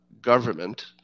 government